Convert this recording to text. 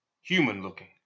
human-looking